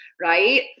right